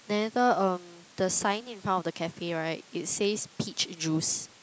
then later um the sign in front of the cafe right it says peach juice